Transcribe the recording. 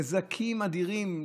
נזקים אדירים,